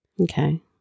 okay